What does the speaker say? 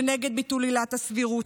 שנגד ביטול עילת הסבירות,